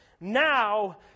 Now